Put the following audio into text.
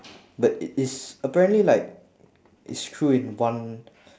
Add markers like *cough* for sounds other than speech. but it is apparently like it's true in one *breath*